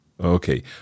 Okay